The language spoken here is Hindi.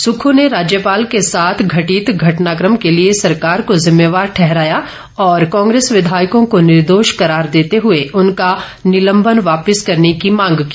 सुक्खू ने राज्यपाल के साथ घटित घटनाक्रम के लिए सरकार को जिम्मेवार ठहराया और कांग्रेस विधायकों को निर्दोष करार देते हुए उनका निलंबन वापिस करने की मांग की